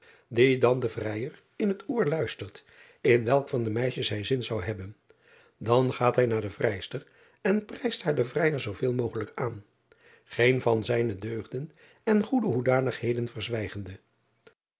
dien dan de vrijer in het oor luistert in welk van de meisjes hij zin zou hebben dan gaat hij naar de vrijster en prijst haar den vrijer zoo veel mogelijk aan geen van zijne deugden en goede hoedanigheden verzwijgende